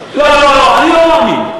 לא לא לא, אני לא מאמין.